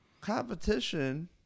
competition